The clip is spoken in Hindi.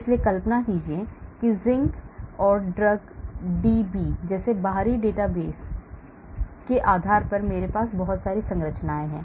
इसलिए कल्पना कीजिए कि Zinc and drug DB जैसे बाहरी डेटाबेस के आधार पर मेरे पास बहुत सारी संरचनाएं हैं